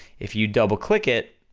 if you double click it,